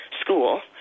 school